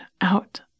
out